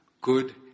good